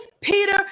Peter